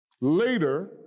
later